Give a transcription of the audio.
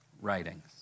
writings